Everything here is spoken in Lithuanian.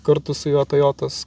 kartu su juo tojotos